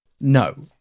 No